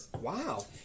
Wow